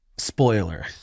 spoiler